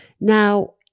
Now